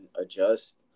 adjust